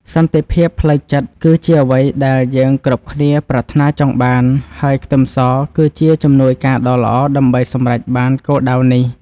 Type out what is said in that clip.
សន្តិភាពផ្លូវចិត្តគឺជាអ្វីដែលយើងគ្រប់គ្នាប្រាថ្នាចង់បានហើយខ្ទឹមសគឺជាជំនួយការដ៏ល្អដើម្បីសម្រេចបានគោលដៅនេះ។